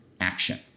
action